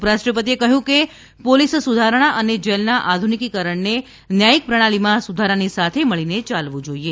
ઉપરાષ્ટ્રપતિએ કહ્યું કે પોલીસ સુધારણા અને જેલના આધુનિકરણને ન્યાયિક પ્રણાલીમાં સુધારાની સાથે મળીને યાલવું જોઈએ